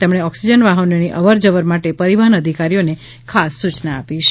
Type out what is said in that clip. તેમણે ઓકસીજન વાહનોની અવર જવર માટે પરીવહન અધિકારીઓને ખાસ સુચના આપી હતી